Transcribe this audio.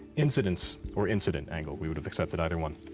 incidents or incident angle, we would have accepted either one.